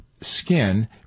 skin